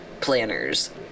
planners